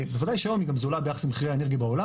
בוודאי שהיום היא גם זולה ביחס למחירי האנרגיה בעולם